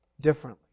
differently